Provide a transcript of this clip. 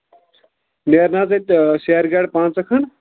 نیرن حظ ییٚتہِ سیر گاڑِ پَنژَاہ کھَنڈ